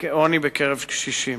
בעוני בקרב קשישים.